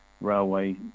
railway